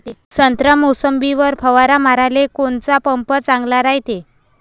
संत्रा, मोसंबीवर फवारा माराले कोनचा पंप चांगला रायते?